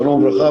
שלום לך.